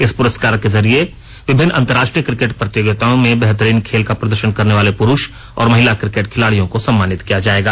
इस पुरस्कार के जरिये विभिन्नि अंतर्राष्ट्रीय क्रिकेट प्रतियोगिताओं में बेहतरीन खेल का प्रदर्शन करने वाले पुरूष और महिला क्रिकेट खिलाड़ियों को सम्मानित किया जायेगा